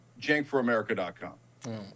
jankforamerica.com